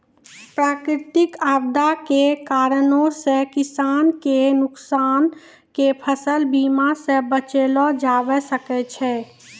प्राकृतिक आपदा के कारणो से किसान के नुकसान के फसल बीमा से बचैलो जाबै सकै छै